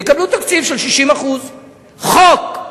ויקבלו תקציב של 60%. חוק,